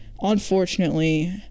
unfortunately